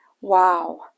Wow